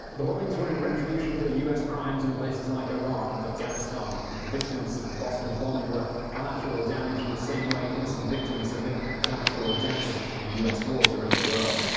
the bombings were in retribution for the u s. crimes in places like iraq and afghanistan that the victims of the boston bombing were collateral damage in the same way innocent victims have been collateral damage in u s. wars around the world.